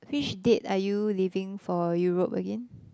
which date are you leaving for Europe again